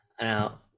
Now